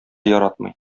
яратмый